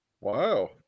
Wow